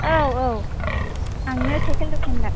औ औ आंनो साइखेल दखान्दार